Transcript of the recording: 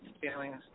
feelings